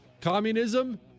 communism